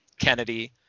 Kennedy